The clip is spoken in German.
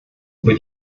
über